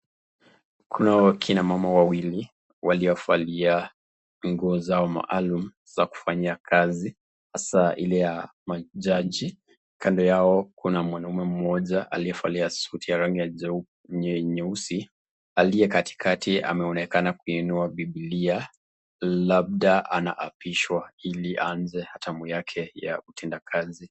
Kunao kina mama wawili waliovalia nguo zao maalum za kufanya kazi hasa ile ya majaji. Kando yao kuna mwanaume mmoja aliyevalia suti ya rangi ya nyeusi, aliye katikati ameonekana kuinua bibilia labda anaapishwa ili aanze tamu yake ya utendakazi.